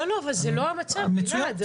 זה לא המצב, גלעד.